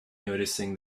noticing